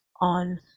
on